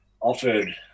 offered